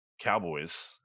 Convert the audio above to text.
Cowboys